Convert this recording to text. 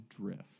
drift